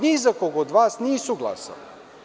Ni za koga od vas nisu glasali.